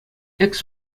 экс